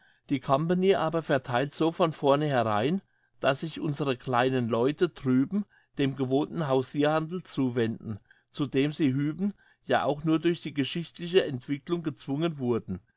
die company aber vereitelt so von vornherein dass sich unsere kleinen leute drüben dem gewohnten hausirhandel zuwenden zu dem sie hüben ja auch nur durch eine geschichtliche entwicklung gezwungen wurden